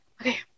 Okay